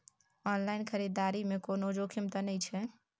Online खरीददारी में कोनो जोखिम त नय छै?